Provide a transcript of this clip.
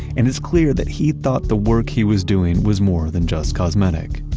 and it's clear that he thought the work he was doing was more than just cosmetic.